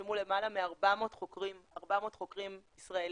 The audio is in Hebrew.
נרשמו למעלה מ-400 חוקרים ישראלים